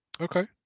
okay